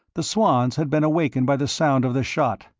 the swans had been awakened by the sound of the shot.